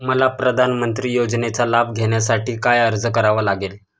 मला प्रधानमंत्री योजनेचा लाभ घेण्यासाठी काय अर्ज करावा लागेल?